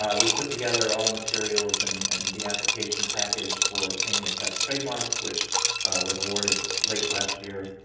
we put together all the materials and the application package for obtaining the cahps trademark, which was awarded late last year.